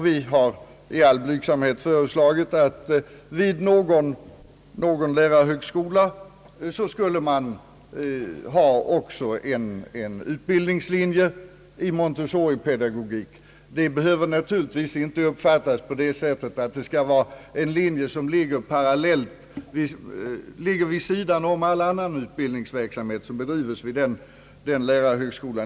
Vi har i all blygsamhet föreslagit att man vid någon lärarhögskola också skulle ha en linje med utbildning i Montessoripedagogik. Det behöver naturligtvis inte uppfattas så att denna linje skall ligga vid sidan av all annan utbildningsverksamhet som bedrivs vid lärarhögskolan.